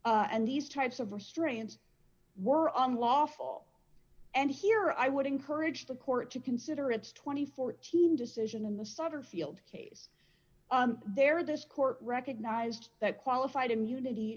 and these types of restraints were unlawful and here i would encourage the court to consider its twenty four team decision in the sutter field case there this court recognized that qualified immunity